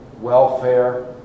welfare